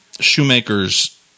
shoemaker's